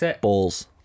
balls